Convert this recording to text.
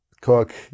cook